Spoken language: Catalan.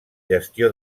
gestió